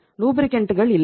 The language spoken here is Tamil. லூப்ரிகன்ட்கள் இல்லை